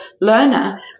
learner